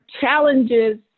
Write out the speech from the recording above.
challenges